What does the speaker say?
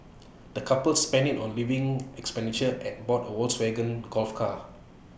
the couple spent IT on living expenditure and bought A Volkswagen golf car